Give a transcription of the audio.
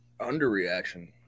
underreaction